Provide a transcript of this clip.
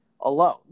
alone